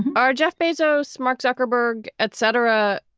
our jeff bezos, mark zuckerberg, etc.